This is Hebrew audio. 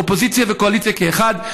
אופוזיציה וקואליציה כאחד,